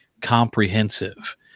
comprehensive